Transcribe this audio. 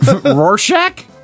Rorschach